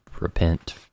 Repent